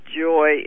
joy